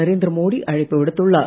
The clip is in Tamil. நரேந்திர மோடி அழைப்பு விடுத்துள்ளார்